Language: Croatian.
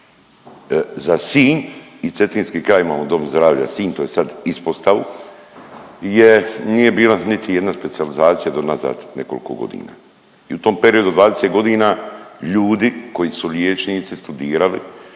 za Sinj i cetinski kraj imamo Dom zdravlja Sinj tj. sad ispostavu gdje nije bila niti jedna specijalizacija do nazad nekoliko godina. I u tom periodu od 20 godina ljudi koji su liječnici, studirali